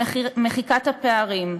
למחיקת הפערים,